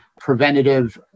preventative